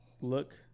look